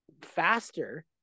faster